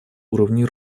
уровней